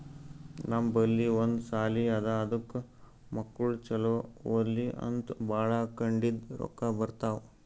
ನಮ್ ಬಲ್ಲಿ ಒಂದ್ ಸಾಲಿ ಅದಾ ಅದಕ್ ಮಕ್ಕುಳ್ ಛಲೋ ಓದ್ಲಿ ಅಂತ್ ಭಾಳ ಕಡಿಂದ್ ರೊಕ್ಕಾ ಬರ್ತಾವ್